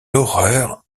l’horreur